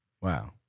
Wow